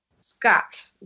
Scott